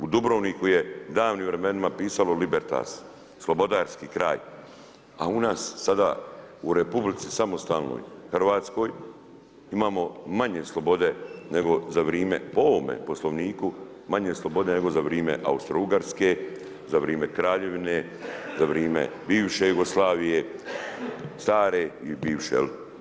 U Dubrovniku je davnim vremenima pisalo Libertas, slobodarski kraj, a u nas sada u Republici samostalnoj Hrvatskoj imamo manje slobode, nego za vrijeme po ovome Poslovniku manje slobode nego za vrijeme Austrougarske, za vrijeme kraljevine, za vrijeme bivše Jugoslavije stare i bivše.